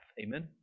Amen